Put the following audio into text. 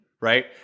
Right